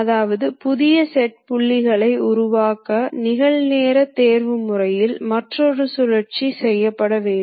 இதேபோல் மூன்றிலிருந்து ஒன்றிற்கு வர நீங்கள் X 200 செய்ய வேண்டும்